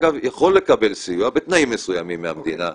אגב,